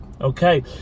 Okay